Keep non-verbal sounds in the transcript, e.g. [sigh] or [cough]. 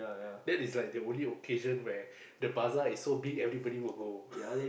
then is like the only occasion where the bazaar is so big everybody will go [laughs]